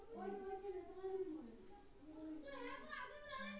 ইক ধরলের কলটোরোলড চাষ জলের একুয়াটিক পেরালিদের জ্যনহে ক্যরা হ্যয়